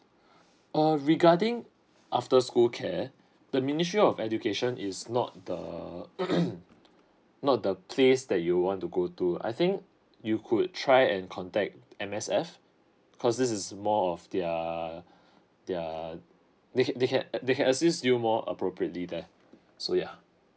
err regarding after school care the ministry of education is not the not the place that you want to go to I think you could try and contact M_S_F cause this is more of their their they they can they can assist you more appropriately there so yeah